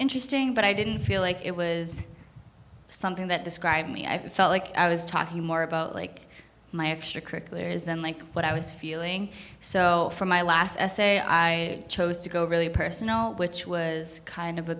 interesting but i didn't feel like it was something that described me i felt like i was talking more about like my extracurricular isn't like what i was feeling so from my last essay i chose to go really personal which was kind of a